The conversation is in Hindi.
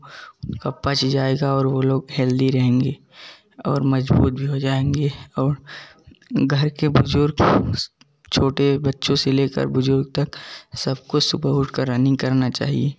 उनका पच जाएगा और वे लोग हेल्दी रहेंगे और मज़बूत भी हो जाएँगे और घर के बुज़ुर्ग छोटे बच्चों से लेकर बुज़ुर्ग तक सबको सुबह उठकर रनिंग करना चाहिए